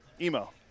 Emo